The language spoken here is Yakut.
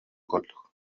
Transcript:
курдук